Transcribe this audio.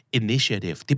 initiative